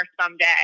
someday